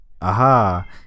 Aha